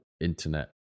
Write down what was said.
internet